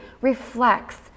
reflects